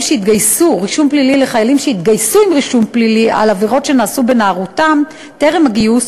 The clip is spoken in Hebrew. שהתגייסו עם רישום פלילי על עבירות שנעשו בנערותם טרם הגיוס